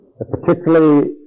Particularly